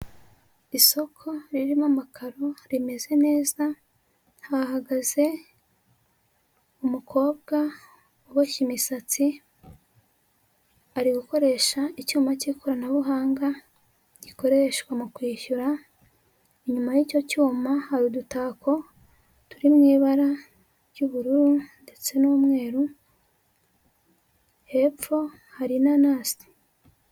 Isoko ririmo amakaro rimeze neza, hahagaze umukobwa uboshye imisatsi ari gukoresha icyuma cy'ikoranabuhanga gikoreshwa mu kwishyura, inyuma y'icyo cyuma hari udutako turi mu ibara ry'ubururu ndetse n'umweru, hepfo hari inanasi.